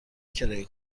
کرایه